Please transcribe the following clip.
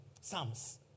Psalms